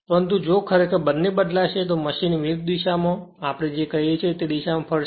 પરંતુ જો ખરેખર બંને બદલાશે તો મશીન વિરુદ્ધ દિશામાં જે આપણે કહીયે છીએ તે દિશા માં ફરશે